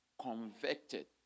convicted